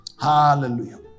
Hallelujah